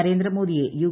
നരേന്ദ്രമോദിയെ യു